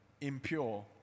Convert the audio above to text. impure